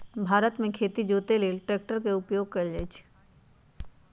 भारत मे खेती जोते लेल ट्रैक्टर के उपयोग कएल जाइ छइ